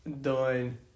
done